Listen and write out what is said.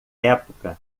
época